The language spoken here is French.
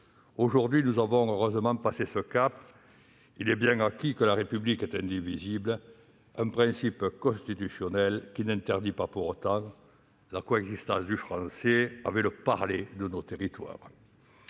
Aujourd'hui, nous avons heureusement passé ce cap. Il est bien acquis que la République est indivisible : ce principe constitutionnel n'interdit pas pour autant la coexistence du français avec le parler de nos territoires.